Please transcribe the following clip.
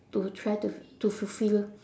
to try to to fulfill